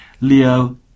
Leo